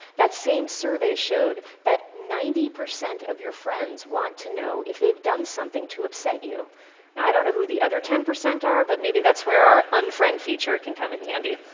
that same survey showed that ninety percent of your friends want to know if they've done something to upset you. now i don't know who the other ten percent are, but maybe that's where our unfriend feature can come in handy.